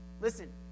Listen